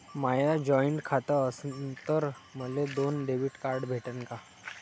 माय joint खातं असन तर मले दोन डेबिट कार्ड भेटन का?